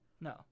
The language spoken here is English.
No